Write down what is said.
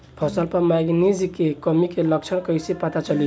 फसल पर मैगनीज के कमी के लक्षण कइसे पता चली?